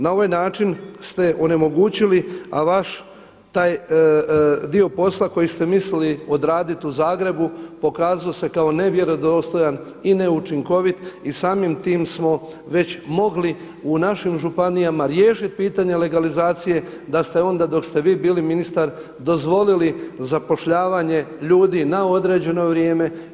Na ovaj način ste onemogućili, a vaš taj dio posla koji ste mislili odraditi u Zagrebu pokazao se kao nevjerodostojan i neučinkovit i samim tim smo već mogli u našim županijama riješiti pitanje legalizacije da ste onda dok ste vi bili ministar dozvolili zapošljavanje ljudi na određeno vrijeme.